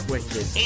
Wicked